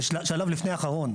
זה שלב אחרון,